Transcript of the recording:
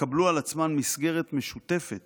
יקבלו על עצמן מסגרת משותפת